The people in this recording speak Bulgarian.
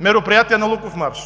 мероприятия на Луков марш